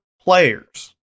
players